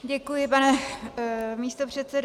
Děkuji, pane místopředsedo.